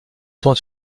tourne